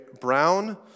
brown